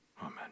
amen